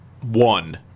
one